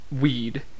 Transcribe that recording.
weed